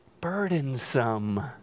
burdensome